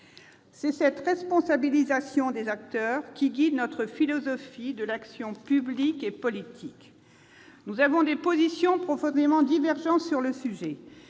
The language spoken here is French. C'est cette responsabilisation des acteurs qui guide notre philosophie de l'action publique et politique. Nous avons des positions profondément divergentes sur le sujet,